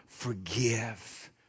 Forgive